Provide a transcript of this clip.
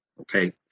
Okay